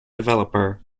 developer